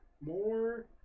more